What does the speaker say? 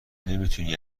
نمیتوانی